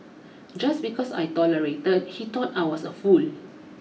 just because I tolerated he thought I was a fool